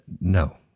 No